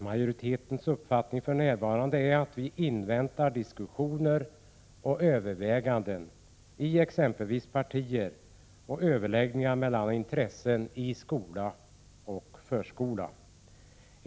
Majoritetens uppfattning för närvarande är att vi bör avvakta diskussioner och överväganden i exempelvis partierna och överläggningar mellan olika intressen i skola och förskola.